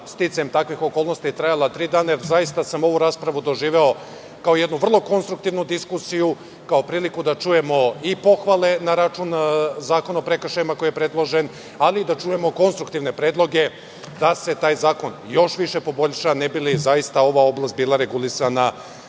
sticajem takvih okolnosti trajala tri dana, jer sam zaista ovu raspravu doživeo kao jednu vrlo konstruktivnu diskusiju, kao priliku da čujemo i pohvale na račun Zakona o prekršajima koji je predložen, ali i da čujemo konstruktivne predloge da se taj zakon još više poboljša ne bi li zaista ova oblast bila regulisana